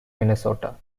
minnesota